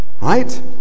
Right